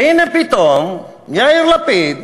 והנה, פתאום יאיר לפיד,